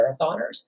marathoners